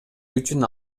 үчүн